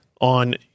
on